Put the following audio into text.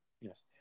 Yes